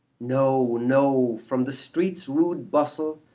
no, no! from the street's rude bustle,